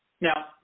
Now